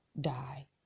die